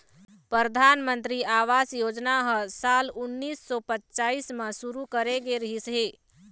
परधानमंतरी आवास योजना ह साल उन्नीस सौ पच्चाइस म शुरू करे गे रिहिस हे